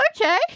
okay